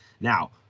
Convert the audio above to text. Now